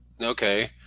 okay